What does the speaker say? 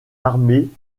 armée